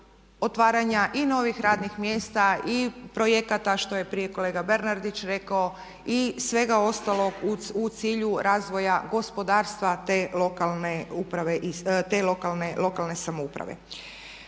otvaranja i novih radnih mjesta i projekata što je prije kolega Bernardić rekao i svega ostalog u cilju razvoja gospodarstva te lokalne samouprave.